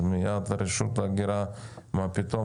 אבל מייד רשות ההגירה: מה פתאום?